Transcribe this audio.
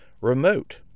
remote